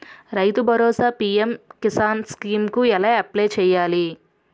రైతు భరోసా PM Kisan scheme కు ఎలా అప్లయ్ చేయాలి?